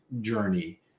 journey